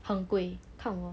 很贵看 lor